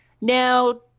Now